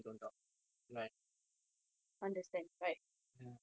ya and that's the